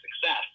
success